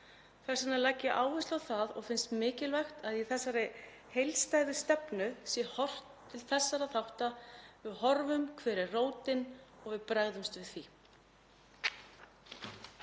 Þess vegna legg ég áherslu á það og finnst mikilvægt að í þessari heildstæðu stefnu sé horft til þessara þátta, að við horfum á hver rótin er og bregðumst við því.